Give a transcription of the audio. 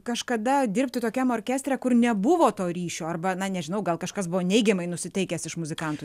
kažkada dirbti tokiam orkestre kur nebuvo to ryšio arba na nežinau gal kažkas buvo neigiamai nusiteikęs iš muzikantų